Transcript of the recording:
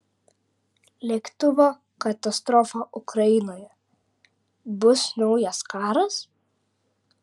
lėktuvo katastrofa ukrainoje bus naujas karas